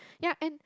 ya and